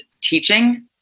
teaching